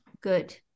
good